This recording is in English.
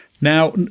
Now